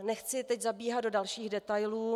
Nechci teď zabíhat do dalších detailů.